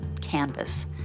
canvas